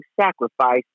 sacrifice